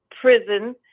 prison